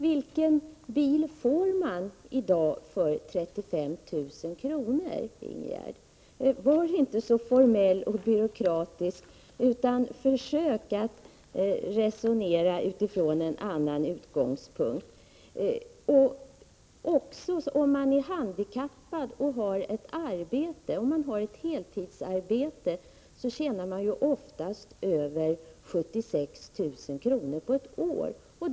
Vilken bil får man i dag för 35 000 kr., Ingegerd Elm? Var inte så formell och byråkratisk, utan försök att resonera utifrån en annan utgångspunkt! Också om man är handikappad men har ett arbete på heltid tjänar man oftast över 76 000 kr. på ett år.